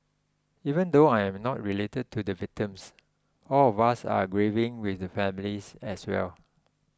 even though I am not related to the victims all of us are grieving with the families as well